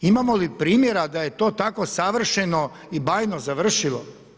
Imamo li primjera da je to tako savršeno i bajno završilo?